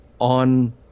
on